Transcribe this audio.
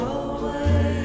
away